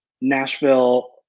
Nashville